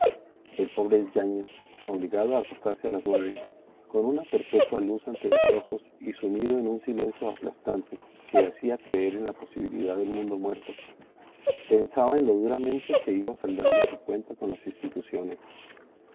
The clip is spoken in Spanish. el pobre yáñez obligado a acostarse a las nueve con una perpetua luz ante los ojos y sumido en un silencio aplastante que hacía creer en la posibilidad del mundo muerto pensaba en lo duramente que iba saldando su cuenta con las instituciones